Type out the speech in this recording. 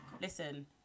Listen